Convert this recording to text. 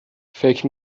فکر